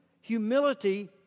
Humility